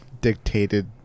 dictated